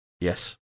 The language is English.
Yes